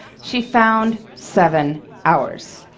she found seven hours.